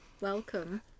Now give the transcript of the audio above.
welcome